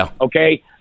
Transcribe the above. Okay